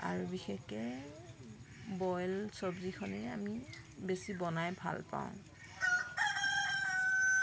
আৰু বিশেষকৈ বইল চব্জিখনেই আমি বেছি বনাই ভাল পাওঁ